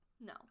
No